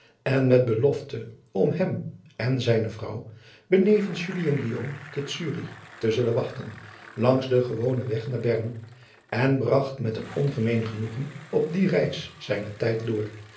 en met belofte om hem en zijne vrouw benevens julie en guillaume te zurich te zullen wachten langs den gewonen weg naar bern en bragt met een ongemeen genoegen op die reis zijnen tijd door